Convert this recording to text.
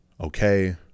okay